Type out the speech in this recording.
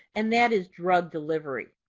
and that is drug delivery.